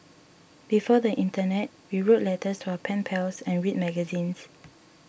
before the internet we wrote letters to our pen pals and read magazines